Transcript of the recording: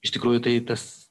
iš tikrųjų tai tas